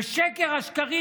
ושקר השקרים,